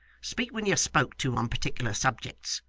speak when you're spoke to on particular subjects,